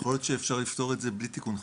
יכול להיות שאפשר לפתור את זה בלי תיקון חקיקה.